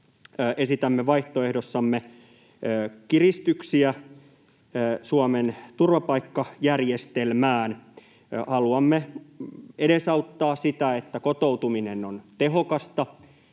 esitämme vaihtoehdossamme kiristyksiä Suomen turvapaikkajärjestelmään. Haluamme edesauttaa sitä, että kotoutuminen on tehokasta,